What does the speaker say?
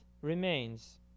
remains